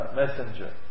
messenger